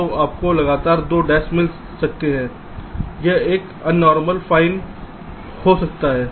तो आपको लगातार दो डैश मिल सकते हैं यह अन नॉर्मल फाइन हो सकता है